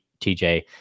TJ